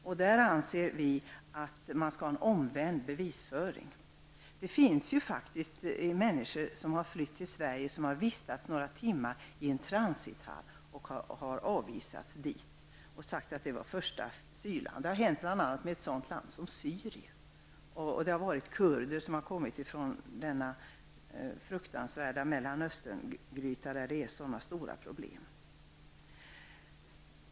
Vi anser att bevisföringen skall vara omvänd. Det finns faktiskt människor som har flytt till Sverige och som har vistats några timmar i en transithall. De har sedan avvisats till detta land med hänvisning till att det är första asylland. Det har bl.a. gällt ett land som Syrien, och det har varit fråga om kurder som har kommit från den fruktansvärda Mellanösterngrytan, där det är sådana stora problem.